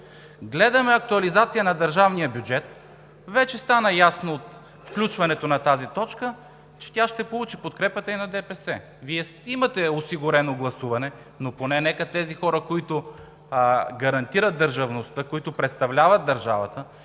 Гледаме актуализация на държавния бюджет. Вече стана ясно с включването на тази точка, че тя ще получи подкрепата и на ДПС. Вие имате осигурено гласуване, но поне нека тези хора, които гарантират държавността, които представляват държавата,